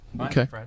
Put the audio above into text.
Okay